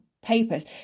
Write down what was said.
papers